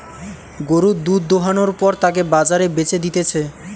গরুর দুধ দোহানোর পর তাকে বাজারে বেচে দিতেছে